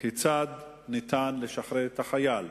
כיצד ניתן לשחרר את החייל.